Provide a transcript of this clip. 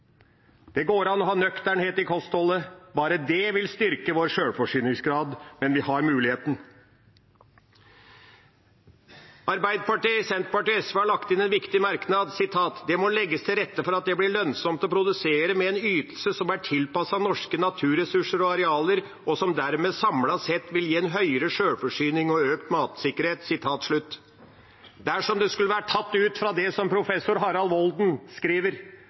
Det går an å ha nøkternhet i kostholdet. Bare det vil styrke vår sjølforsyningsgrad, og vi har muligheten. Arbeiderpartiet, Senterpartiet og SV har lagt inn en viktig merknad: det må legges til rette for at det blir lønnsomt å produsere med en ytelse som er tilpasset norske naturressurser og arealer, og som dermed samlet sett vil gi høyere selvforsyning og økt matsikkerhet.» Det er som om det skulle vært tatt ut fra det professor Harald Volden skriver